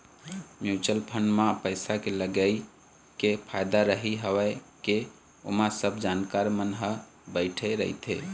mutual fund म पइसा के लगई के फायदा यही हवय के ओमा सब जानकार मन ह बइठे रहिथे